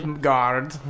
guard